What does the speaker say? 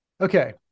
okay